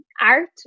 art